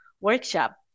workshop